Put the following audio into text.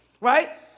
right